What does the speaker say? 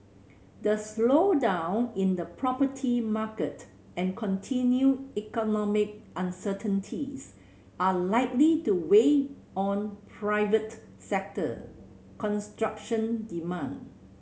the slowdown in the property market and continued economic uncertainties are likely to weigh on private sector construction demand